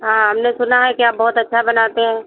हाँ हमने सुना है कि आप बहुत अच्छा बनाते हैं